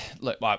Look